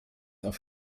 auf